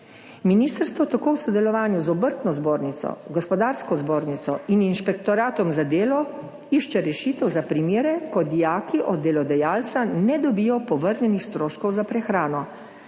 Ministrstvo tako v sodelovanju z Obrtno zbornico, Gospodarsko zbornico in Inšpektoratom za delo išče rešitev za primere, ko dijaki od delodajalca ne dobijo povrnjenih stroškov za prehrano.